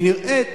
היא נראית